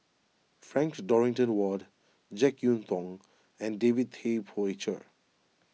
Frank Dorrington Ward Jek Yeun Thong and David Tay Poey Cher